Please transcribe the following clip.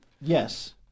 Yes